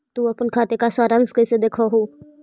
तु अपन खाते का सारांश कैइसे देखअ हू